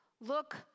Look